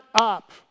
up